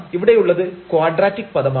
ഇവിടെ ഉള്ളത് ക്വാഡ്രാറ്റിക് പദമാണ്